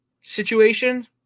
situation